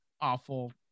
awful